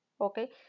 okay